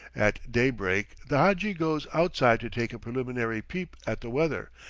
at daybreak the hadji goes outside to take a preliminary peep at the weather,